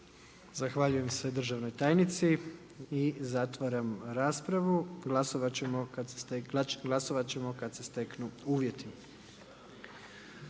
Zahvaljujem se državnoj tajnici i zatvaram raspravu. Glasovat ćemo kada se steknu uvjeti.